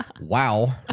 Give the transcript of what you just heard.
Wow